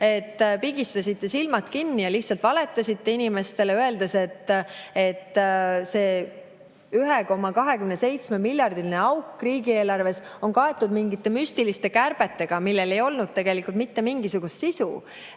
et pigistasite silmad kinni ja lihtsalt valetasite inimestele, öeldes, et see 1,27‑miljardiline auk riigieelarves on kaetud mingite müstiliste kärbetega, millel ei olnud tegelikult mitte mingisugust sisu.